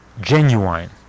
genuine